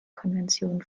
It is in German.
konvention